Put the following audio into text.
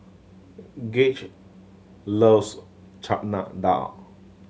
Gage loves Chana Dal